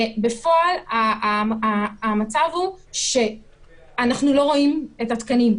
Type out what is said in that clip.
ובפועל המצב הוא שאנחנו לא רואים את התקנים,